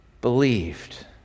believed